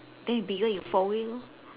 then you bigger you fold it lor